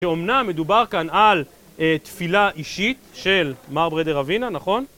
שאומנם מדובר כאן על תפילה אישית של מר ברדה רבינה, נכון?